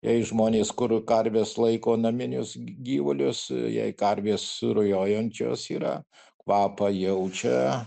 jei žmonės kur karvės laiko naminius gyvulius jei karvės su rujojančios yra kvapą jaučia